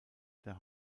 der